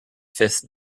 fifth